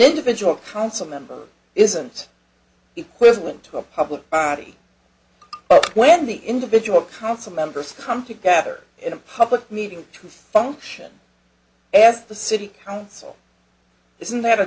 individual council member isn't equivalent to a public when the individual council members come together in a public meeting to function as the city council isn't that a